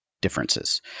differences